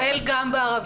הוא פועל גם בערבית?